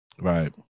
right